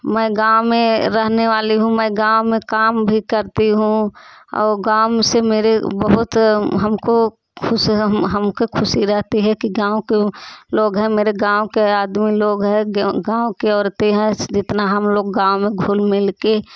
मैं गाँव में रहने वाली हूँ मैं गाँव में काम भी करती हूँ और गाँव से मेरे बहुत हमको खुश हमके खुशी रहती है कि गाँव के लोग हैं मेरे गाँव के आदमी लोग हैं गाँव के औरतें हैं जितना हम लोग गाँव में घुल मिलके